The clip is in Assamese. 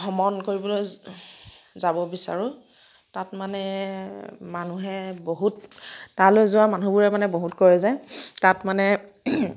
ভ্ৰমণ কৰিবলৈ যাব বিচাৰোঁ তাত মানে মানুহে বহুত তালৈ যোৱা মানুহবোৰে মানে বহুত কয় যে তাত মানে